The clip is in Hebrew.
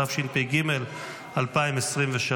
התשפ"ג 2023,